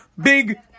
Big